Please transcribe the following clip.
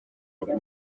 ati